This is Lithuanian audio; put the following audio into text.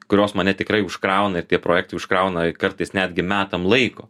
kurios mane tikrai užkrauna ir tie projektai užkrauna ir kartais netgi metam laiko